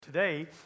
today